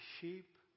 sheep